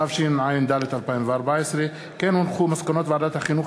התשע"ד 2014. מסקנות ועדת החינוך,